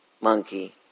monkey